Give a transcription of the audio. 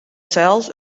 sels